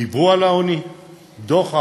דיברו על דוח העוני: